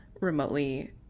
remotely